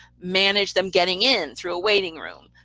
manage them getting in through a waiting room,